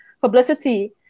publicity